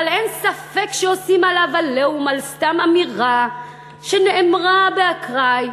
אבל אין ספק שעושים עליו "עליהום" על סתם אמירה שנאמרה באקראי.